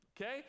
okay